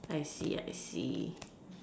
I see I see